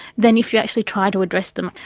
than if you actually try to address them.